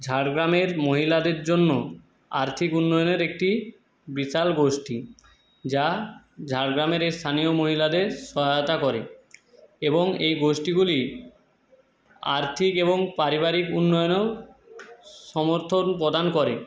ঝাড়গ্রামের মহিলাদের জন্য আর্থিক উন্নয়নের একটি বিশাল গোষ্ঠী যা ঝাড়গ্রামের এই স্থানীয় মহিলাদের সহায়তা করে এবং এই গোষ্ঠীগুলি আর্থিক এবং পারিবারিক উন্নয়নেও সমর্থন প্রদান করে